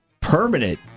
permanent